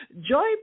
joy